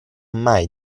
mai